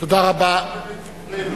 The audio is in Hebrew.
עולה כיתה, לא בבית-ספרנו.